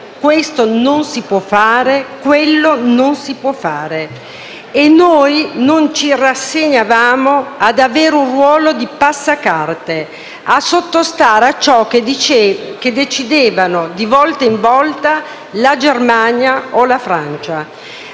questo non si può fare, quello non si può fare e noi non ci rassegnavamo ad avere un ruolo di passacarte e a sottostare a ciò che decidevano, di volta in volta, la Germania o la Francia.